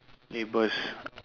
labels